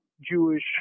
Jewish